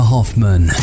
Hoffman